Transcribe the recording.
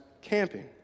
camping